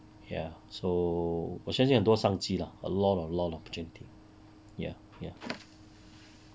ya so 我相信很多商机 lah a lot a lot of opportunity ya ya